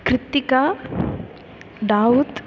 Krithika Dawood